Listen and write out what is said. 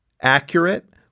accurate